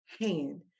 hand